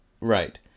right